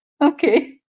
Okay